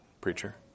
preacher